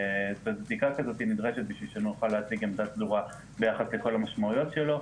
בדיקה כזאת נדרשת בשביל שנוכל להציג עמדה סדורה ביחס לכל המשמעויות שלו,